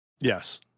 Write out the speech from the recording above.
Yes